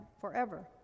forever